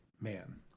Man